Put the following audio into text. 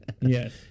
Yes